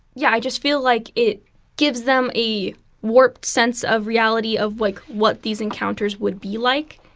yeah, i just feel like it gives them a warped sense of reality of like what these encounters would be like.